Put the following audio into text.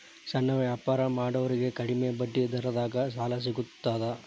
ಸಣ್ಣ ವ್ಯಾಪಾರ ಮಾಡೋರಿಗೆ ಕಡಿಮಿ ಬಡ್ಡಿ ದರದಾಗ್ ಸಾಲಾ ಸಿಗ್ತದಾ?